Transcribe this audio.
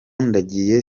ndagiye